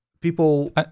people